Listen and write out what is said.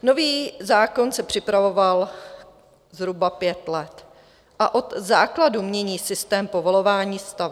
Nový zákon se připravoval zhruba pět let a od základu mění systém povolování staveb.